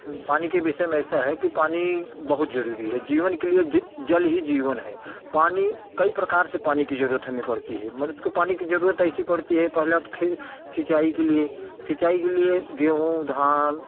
पानी के विषय में ऐसा है कि पानी बहुत ज़रूरी है जीवन के लिए जा जल ही जीवन है पानी कई प्रकार से पानी कि ज़रूरत हमें पड़ती हैं मनुष्य को पानी की ज़रूरत ऐसे पड़ती है पहले तो खे सिंचाई के लिए सिंचाई के लिए गेहूं धान